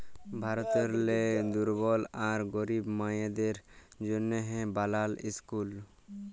ভারতেরলে দুর্বল আর গরিব মাইয়াদের জ্যনহে বালাল ইসকুল